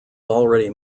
already